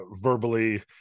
verbally